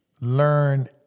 Learn